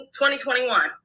2021